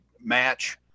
match